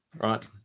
right